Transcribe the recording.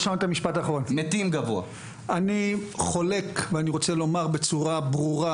אני חולק ואני רוצה לומר אמירה ברורה,